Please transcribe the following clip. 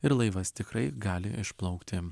ir laivas tikrai gali išplaukti